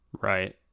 Right